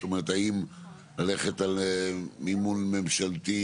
זאת אומרת האם ללכת על מימון ממשלתי,